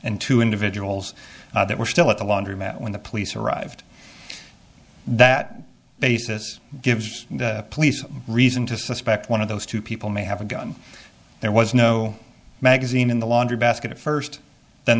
and two individuals that were still at the laundromat when the police arrived that basis gives police reason to suspect one of those two people may have a gun there was no magazine in the laundry basket at first then